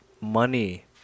Money